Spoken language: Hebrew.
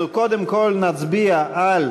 אנחנו קודם כול נצביע על